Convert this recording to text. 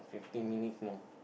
eighteen minutes more